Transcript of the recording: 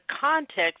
context